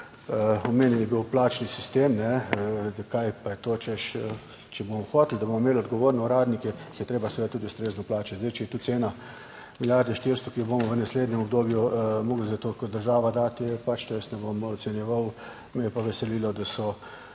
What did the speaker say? Omenjen je bil plačni sistem. Kaj pa je to? Češ, če bomo hoteli, da bomo imeli odgovorne uradnike, jih je treba seveda tudi ustrezno plačati. Zdaj, če je to cena milijarde 400, ki jo bomo v naslednjem obdobju morali za to kot država dati, pač to jaz ne bom ocenjeval. Me je pa veselilo, da so